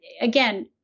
again